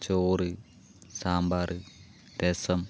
ചോറ് സാമ്പാർ രസം